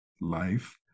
life